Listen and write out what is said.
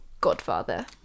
godfather